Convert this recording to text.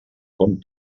com